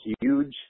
huge